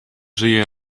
żyje